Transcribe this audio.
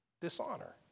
dishonor